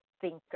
thinker